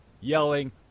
Yelling